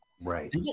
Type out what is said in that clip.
right